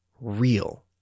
real